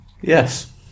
Yes